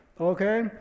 Okay